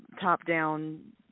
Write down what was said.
top-down